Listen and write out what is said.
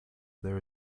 there